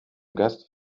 gast